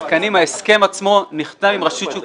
התקנים ההסכם עצמו נחתם עם רשות שוק